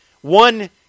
One